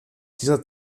dieser